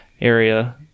area